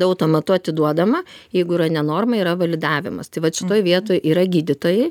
automatu atiduodama jeigu yra ne norma yra validavimas tai vat šitoj vietoj yra gydytojai